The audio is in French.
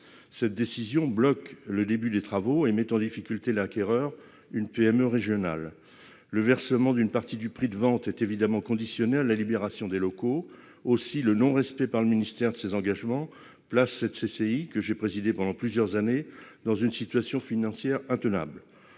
Cette décision bloque le début des travaux et met en difficulté l'acquéreur, une PME régionale. Le versement d'une partie du prix de vente est évidemment conditionné à la libération des locaux. Aussi, le non-respect par le ministère de ses engagements place cette CCI, que j'ai présidée pendant plusieurs années, dans une situation financière intenable.